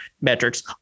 metrics